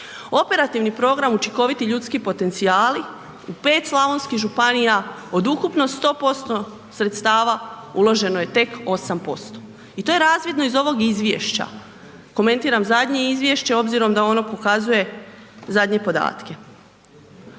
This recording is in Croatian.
Operativni program učinkoviti ljudski potencijali, u 5 slavonskih županija, od ukupno 100% sredstava, uloženo je tek 8% i to je razvidno iz ovog izvješća. Komentiram zadnje izvješće obzirom da ono pokazuje zadnje podatke.